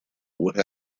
would